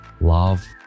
love